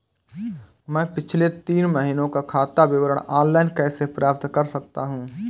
मैं पिछले तीन महीनों का खाता विवरण ऑनलाइन कैसे प्राप्त कर सकता हूं?